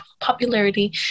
popularity